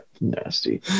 nasty